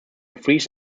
freeze